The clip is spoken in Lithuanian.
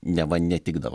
neva netikdavo